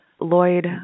Lloyd